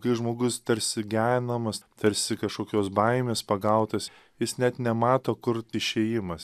kai žmogus tarsi genamas tarsi kažkokios baimės pagautas jis net nemato kur išėjimas